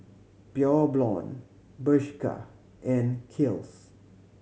Pure Blonde Bershka and Kiehl's